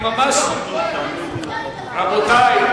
רבותי.